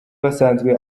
basanzwe